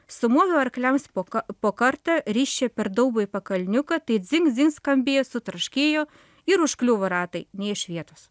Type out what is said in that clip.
sumohu arkliams po po kartą risčia per daubą į pakalniuką tai dzin dzin skambėjo sutraškėjo ir užkliuvo ratai nei iš vietos